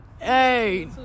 Hey